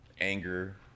anger